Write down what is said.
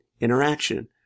interaction